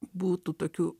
būtų tokių